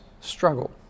struggle